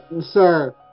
sir